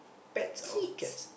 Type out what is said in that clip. pets or cats